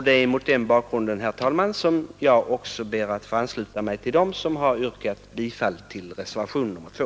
Det är mot denna bakgrund, herr talman, som jag också ber att få ansluta mig till dem som har yrkat bifall till reservationen 2.